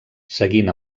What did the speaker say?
seguint